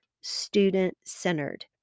student-centered